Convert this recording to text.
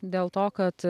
dėl to kad